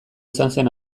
sanzen